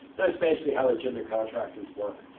that's basically how legitimate contractors work.